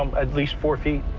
um at least four feet.